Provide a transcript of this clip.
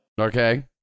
Okay